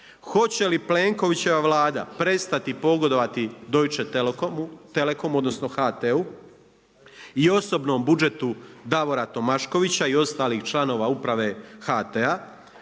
Hoće li Plenkovićeva Vlada prestati pogodovati Deutche telekomu odnosno HT-u i osobnom budžetu Davora Tomaškovića i ostalih članova Uprave HT-a.